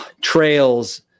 trails